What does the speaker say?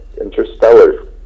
interstellar